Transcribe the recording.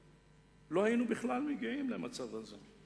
לא היינו מגיעים בכלל למצב הזה.